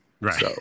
right